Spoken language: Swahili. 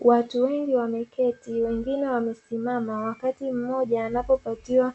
Watu wengi wameketi, wengine wamesimama, wakati mmoja anapopatiwa